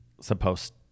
supposed